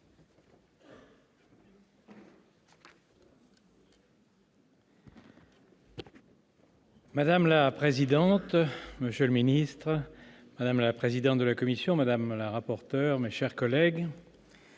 Madame la présidente, monsieur le ministre, madame la présidente de la commission, madame la rapporteur, mes chers collègues,